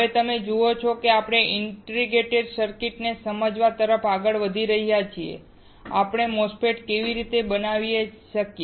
હવે તમે જુઓ છો કે આપણે ઇન્ટિગ્રેટ સર્કિટને સમજવા તરફ આગળ વધી રહ્યા છીએ અને આપણે MOSFET કેવી રીતે બનાવી શકીએ